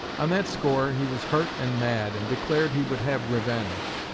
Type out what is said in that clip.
on that score he was hurt and mad, and declared he would have revenge.